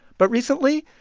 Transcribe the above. but recently,